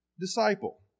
disciple